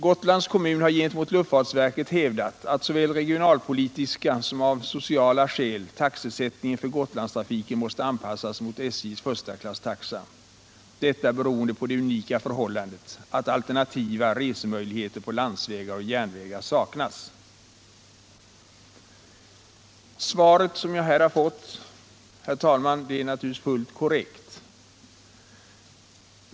Gotlands kommun har gentemot luftfartsverket hävdat att av såväl regionalpolitiska som sociala skäl taxesättningen för Gotlandstrafiken måste anpassas till SJ:s förstaklasstaxa, detta beroende på det unika förhållandet att alternativa resemöjligheter på landsvägar och järnvägar saknas. Svaret som jag här har fått, herr talman, är naturligtvis fullt korrekt.